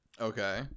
Okay